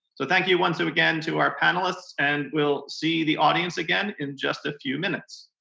so thank you once so again to our panelists and we'll see the audience again in just a few minutes.